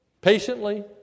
patiently